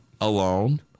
Alone